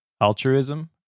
Altruism